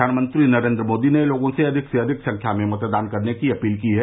प्रधानमंत्री नरेन्द्र मोदी ने लोगों से अधिक से अधिक संख्या में मतदान करने की अपील की है